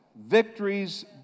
Victories